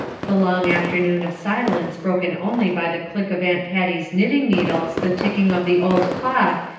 the long afternoon of silence broken only by the click of aunt patty's knitting-needles, the ticking of the old clock,